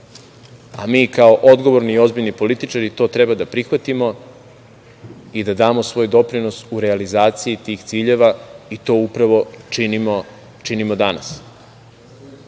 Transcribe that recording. a mi kao odgovorni i ozbiljni političari to treba da prihvatimo i da damo svoj doprinos u realizaciji tih ciljeva i to upravo činimo danas. Ono